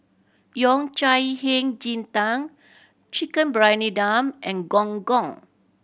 Yao Cai Hei Ji Tang Chicken Briyani Dum and Gong Gong